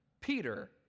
Peter